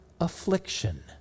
affliction